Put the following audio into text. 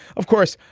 of course,